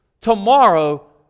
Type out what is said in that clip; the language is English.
Tomorrow